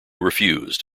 refused